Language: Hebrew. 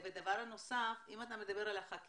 ודבר נוסף, אם אתה מדבר על חקיקה,